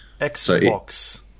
Xbox